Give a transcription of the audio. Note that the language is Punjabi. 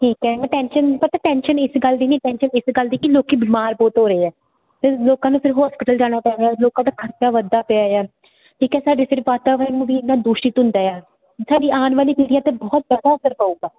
ਠੀਕ ਹੈ ਮੈਂ ਟੈਂਸ਼ਨ ਬਟ ਟੈਂਸ਼ਨ ਇਸ ਗੱਲ ਦੀ ਨਹੀਂ ਟੈਂਸ਼ਨ ਇਸ ਗੱਲ ਦੀ ਕਿ ਲੋਕੀ ਬਿਮਾਰ ਬਹੁਤ ਹੋ ਰਹੇ ਆ ਲੋਕਾਂ ਨੂੰ ਫਿਰ ਹੋਸਪੀਟਲ ਜਾਣਾ ਪੈਣਾ ਲੋਕਾਂ ਦਾ ਖਰਚਾ ਵੱਧਦਾ ਪਿਆ ਠੀਕ ਹੈ ਸਾਡੇ ਸਿਰਫ ਵਾਤਾਵਰਨ ਵੀ ਇਹਨਾਂ ਦੁਸ਼ਿਤ ਹੁੰਦਾ ਆ ਤੁਹਾਡੀ ਆਉਣ ਵਾਲੀ ਪੀੜੀ ਤੇ ਬਹੁਤ ਜਿਆਦਾ ਅਸਰ ਪਊਗਾ